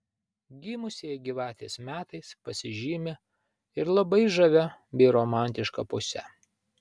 gimusieji gyvatės metais pasižymi ir labai žavia bei romantiška puse